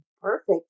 perfect